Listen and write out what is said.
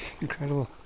incredible